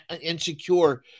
insecure